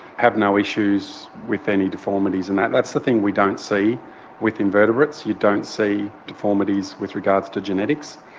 have no issues with any deformities, and that's the thing we don't see with invertebrates, you don't see deformities with regards to genetics.